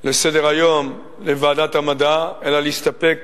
לסדר-היום לוועדת המדע אלא להסתפק